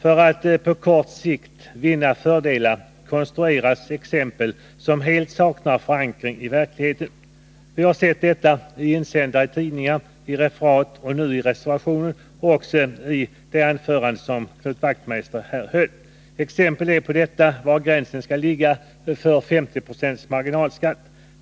För att på kort sikt vinna fördelar konstrueras exempel som helt saknar förankring i verkligheten. Vi har sett detta i insändare i tidningar, i referat och nu också i reservationen, och samma sak förekom i det anförande som Knut Wachtmeister höll. Ett exempel på detta är frågan om var gränsen skall ligga för 50 26 marginalskatt.